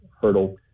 hurdle